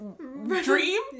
dream